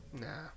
nah